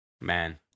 man